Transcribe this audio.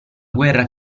guerra